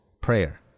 prayer